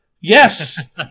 Yes